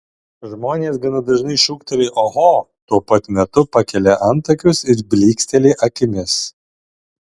žmonės gana dažnai šūkteli oho tuo pat metu pakelia antakius ir blyksteli akimis